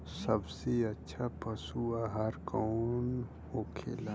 सबसे अच्छा पशु आहार कौन होखेला?